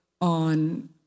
on